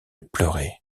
pleurer